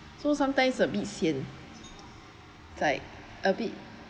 so sometimes a bit sian it's like a bit